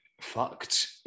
fucked